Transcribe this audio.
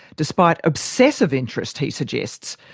despite obsessive interest, he suggests,